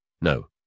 no